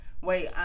Wait